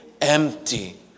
empty